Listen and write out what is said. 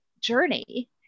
journey